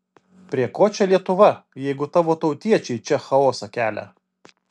prie ko čia lietuva jeigu tavo tautiečiai čia chaosą kelia